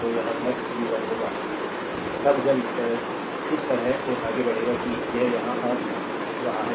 तो यह v 1 होगा तब जब your इस तरह से आगे बढ़ेगा कि यह यहाँ आ रहा है